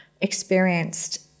experienced